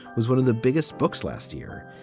was one of the biggest books last year.